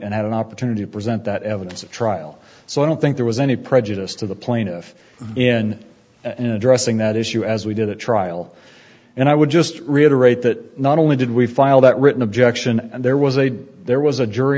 and have an opportunity to present that evidence at trial so i don't think there was any prejudice to the plaintiff in an addressing that issue as we did at trial and i would just reiterate that not only did we file that written objection and there was a there was a jury